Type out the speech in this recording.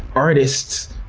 artists,